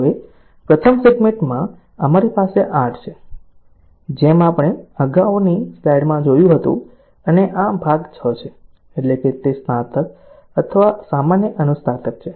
હવે પ્રથમ સેગમેન્ટમાં હવે અમારી પાસે 8 છે જેમ આપણે અગાઉની સ્લાઇડમાં જોયું હતું અને આ ભાગ 6 છે એટલે કે તે સ્નાતક અથવા સામાન્ય અનુસ્નાતક છે